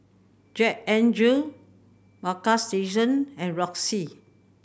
Jack N Jill Bagstationz and Roxy